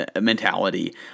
mentality